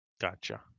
Gotcha